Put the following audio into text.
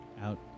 out